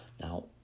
Now